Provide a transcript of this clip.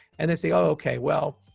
and they say, oh, okay. well,